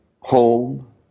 home